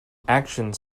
actions